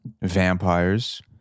vampires